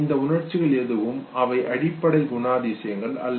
இந்த உணர்ச்சிகள் எதுவும் அவை அடிப்படை குணாதிசயங்கள் அல்ல